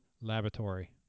laboratory